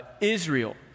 Israel